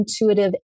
intuitive